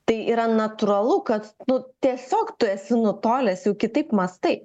tai yra natūralu kad nu tiesiog tu esi nutolęs jau kitaip mąstai